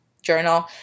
Journal